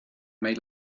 may